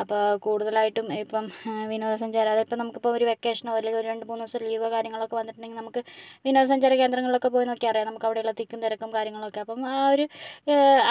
അപ്പോൾ കൂടുതലായിട്ടും ഇപ്പം വിനോദസഞ്ചാര അത് ഇപ്പം നമുക്ക് ഇപ്പം ഒരു വെക്കേഷനോ അതെല്ലെങ്കിൽ ഒരു രണ്ടു മൂന്നു ദിവസത്തെ ലീവോ കാര്യങ്ങളോ ഒക്കെ വന്നിട്ടുണ്ടെങ്കിൽ നമുക്ക് വിനോദ സഞ്ചാര കേന്ദ്രങ്ങളിൽ ഒക്കെ പോയി നോക്കിയാൽ അറിയാം നമുക്ക് അവിടെയുള്ള തിക്കും തിരക്കും കാര്യങ്ങളൊക്കെ അപ്പം ആ ഒരു